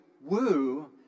woo